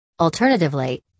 Alternatively